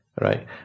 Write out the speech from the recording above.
right